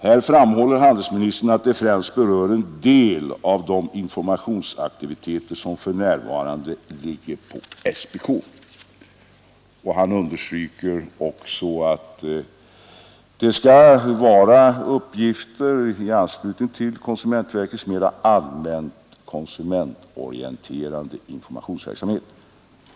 Här framhåller handelsministern att detta främst berör en del av de informationsaktiviteter som för närvarande ligger på SPK. Han understryker också att det skall vara uppgifter i anslutning till konsumentverkets mera allmänt konsumentorienterande informationsverksamhet.